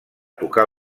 tocar